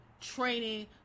training